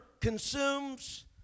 consumes